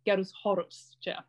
gerus chorus čia